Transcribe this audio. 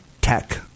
tech